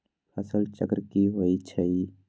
फसल चक्र की होइ छई?